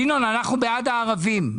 ינון, אנחנו בעד הערבים.